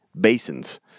basins